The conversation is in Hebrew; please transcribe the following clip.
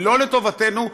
לא לטובתנו,